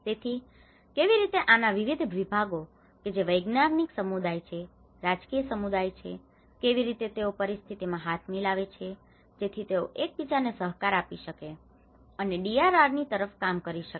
તેથી કેવી રીતે આના વિવિધ વિભાગો કે જે વૈજ્ઞાનિક સમુદાય છે રાજકીય સમુદાય છે કેવી રીતે તેઓ પરિસ્થિતિઓમાં હાથ મિલાવે જેથી તેઓ એક બીજાને સહકાર આપી શકે અને ડીઆરઆર ની તરફ કામ કરી શકે